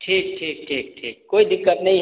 ठीक ठीक ठीक ठीक कोइ दिक्कत नहि